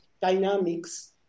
dynamics